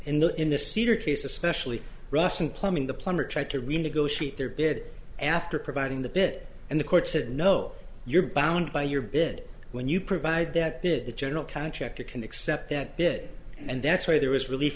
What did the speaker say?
in the in the cedar case especially russ and plumbing the plumber tried to renegotiate their bed after providing the bed and the court said no you're bound by your bed when you provide that bid the general contractor can accept that bid and that's why there was relief